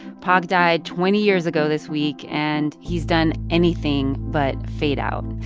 pac died twenty years ago this week, and he's done anything but fade out.